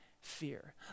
fear